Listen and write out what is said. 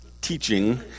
teaching